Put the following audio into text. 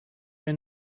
were